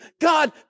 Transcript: God